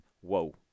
whoa